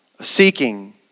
seeking